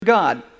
God